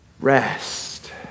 Rest